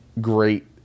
great